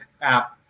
app